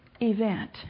event